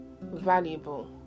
valuable